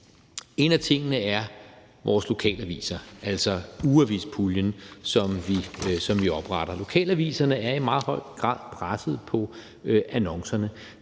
En af tingene er vores lokalaviser, altså ugeavispuljen, som vi opretter. Lokalaviserne er i meget høj grad presset på annoncerne.